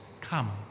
come